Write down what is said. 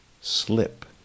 slip